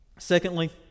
Secondly